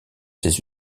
ces